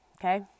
Okay